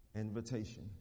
invitation